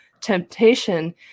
temptation